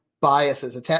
biases